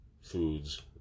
foods